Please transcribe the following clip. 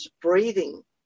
breathing